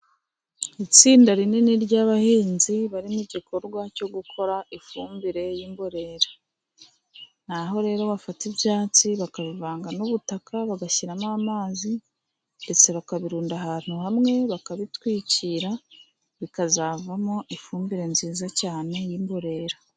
Itsinda rinini ry'abahinzi bari mu gikorwa cyo gukora ifumbire y'imborera, ni aho rero bafata ibyatsi bakabivanga n'ubutaka bagashyiramo amazi ndetse bakabirunda ahantu hamwe bakabitwikira bikazavamo ifumbire nziza cyane y'imborera.